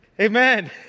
Amen